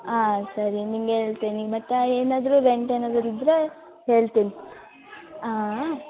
ಹಾಂ ಸರಿ ನಿನಗೆ ಹೇಳ್ತೀನಿ ಮತ್ತು ಏನಾದರು ರೆಂಟ್ ಏನಾದರು ಇದ್ದರೆ ಹೋಳ್ತೀನಿ ಹಾಂ